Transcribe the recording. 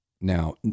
now